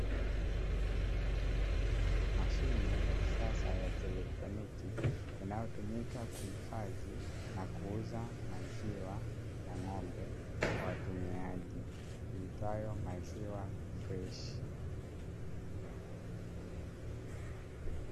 Mashine ya kisasa ya kielektroniki inayotumika kuhifadhi na kuuza maziwa ya ng'ombe kwa watumiaji iitwayo "maziwa freshi".